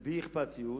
ובאי-אכפתיות.